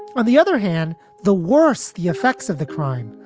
on the other hand, the worse the effects of the crime,